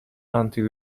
until